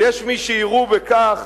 ויש מי שיראו בכך